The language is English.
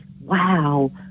Wow